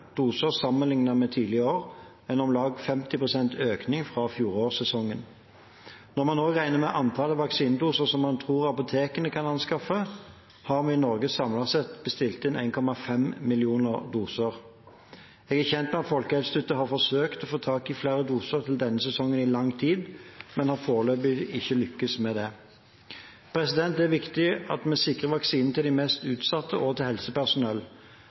med tidligere år, om lag 50 pst. økning fra fjorårssesongen. Når man også regner med antallet vaksinedoser som man tror apotekene kan anskaffe, har vi i Norge samlet sett bestilt inn 1,5 millioner doser. Jeg er kjent med at Folkehelseinstituttet har forsøkt å få tak i flere doser til denne sesongen i lang tid, men har foreløpig ikke lyktes med det. Det er viktig at vi sikrer vaksine til de mest utsatte og til helsepersonell.